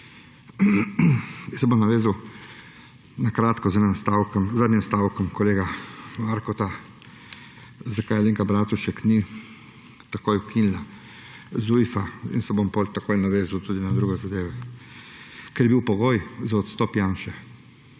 Jaz se bom navezal na kratko na zadnji stavek kolega Marka, zakaj Alenka Bratušek ni takoj ukinila Zujfa, in se bom potem takoj navezal tudi na druge zadeve. Ker je bil pogoj za odstop Janše.